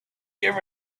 give